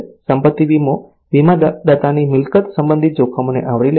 સંપત્તિ વીમો વીમાદાતાની મિલકત સંબંધિત જોખમોને આવરી લે છે